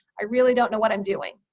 i really don't know what i'm doing.